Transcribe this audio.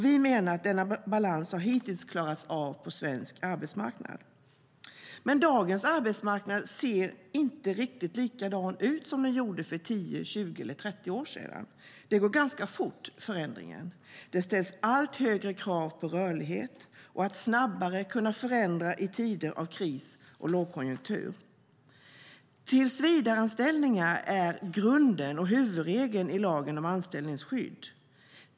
Vi menar att denna balans hittills har klarats av på svensk arbetsmarknad. Men dagens arbetsmarknad ser inte riktigt likadan ut som för 10, 20 eller 30 år sedan. Förändringen går ganska fort. Det ställs allt högre krav på rörlighet och på att man ska kunna förändra snabbare i tider av kris och lågkonjunktur. Tillsvidareanställningar är grunden och huvudregeln i lagen om anställningsskydd.